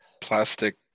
plastic